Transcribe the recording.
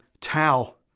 towel